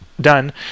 done